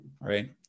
right